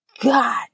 God